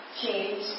change